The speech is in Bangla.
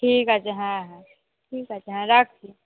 ঠিক আছে হ্যাঁ হ্যাঁ ঠিক আছে হ্যাঁ রাখছি